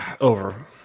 Over